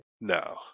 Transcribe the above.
No